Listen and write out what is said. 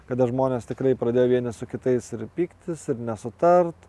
kada žmonės tikrai pradėjo vieni su kitais ir pyktis nesutart